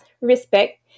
respect